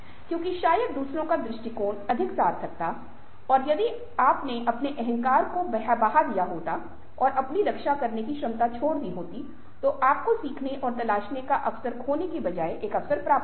क्योंकि शायद दूसरों का दृष्टिकोण अधिक सार्थक था और यदि आपने अपने अहंकार को बहा दिया है और अपनी रक्षा करने की क्षमता छोड़ दी है तो आपको सीखने और तलाशने का अवसर खोने के बजाय एक अवसर प्राप्त होगा